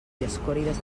dioscòrides